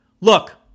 look